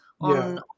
on